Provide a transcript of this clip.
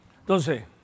Entonces